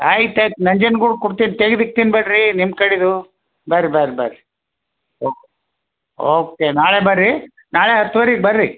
ಆಯ್ತು ಆಯ್ತು ನಂಜನ ಗೂಡು ಕೊಡ್ತಿನಿ ತೆಗೆದು ಇಕ್ತಿನಿ ಬರ್ರಿ ನಿಮ್ಮ ಕಡೆದು ಬರ್ರಿ ಬರ್ರಿ ಬರ್ರಿ ಓಕೆ ಓಕೇ ನಾಳೆ ಬರ್ರಿ ನಾಳೆ ಹತ್ತುವರೆಗೆ ಬರ್ರಿ